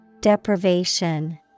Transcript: Deprivation